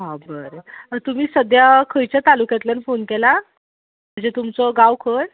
हां बरें आं तुमी सद्द्या खंयच्या तालुक्यांतल्यान फोन केला म्हणजे तुमचो गांव खंय